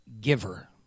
giver